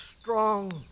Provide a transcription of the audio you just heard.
strong